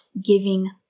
giving